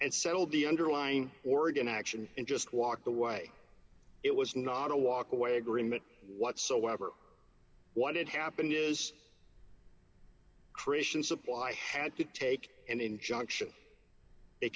and settled the underlying oregon action and just walk away it was not a walk away agreement whatsoever what had happened is christian supply had to take an injunction they